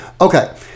Okay